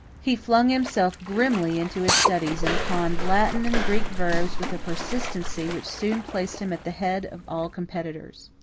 he flung himself grimly into his studies and conned latin and greek verbs with a persistency which soon placed him at the head of all competitors.